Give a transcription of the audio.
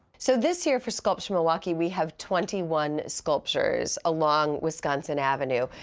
so this year for sculpture milwaukee, we have twenty one sculptures along wisconsin avenue.